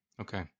Okay